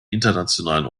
internationalen